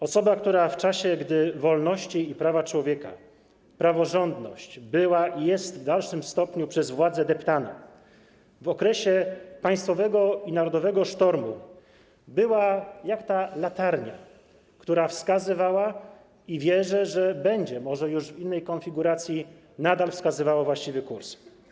Osoba, która w czasie, gdy wolności i prawa człowieka, praworządność były i są w dalszym stopniu przez władzę deptane, w okresie państwowego i narodowego sztormu była jak ta latarnia, która wskazywała - i wierzę, że nadal, może już w innej konfiguracji, będzie wskazywała właściwy kurs.